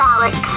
Alex